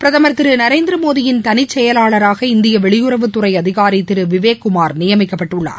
பிரதமர் திரு நரேந்திரமோடியின் தனிச்செயலாளராக இந்திய வெளியுறவுத்துறை அதிகாரி திரு விவேக்குமார் நியமிக்கப்பட்டுள்ளார்